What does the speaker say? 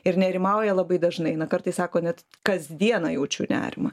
ir nerimauja labai dažnai eina kartais sako net kasdieną jaučiu nerimą